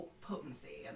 potency